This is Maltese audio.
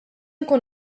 nkun